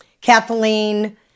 Kathleen